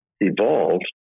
evolved